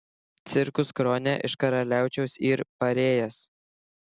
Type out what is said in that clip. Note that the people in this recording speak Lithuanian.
cirkus krone iš karaliaučiaus yr parėjęs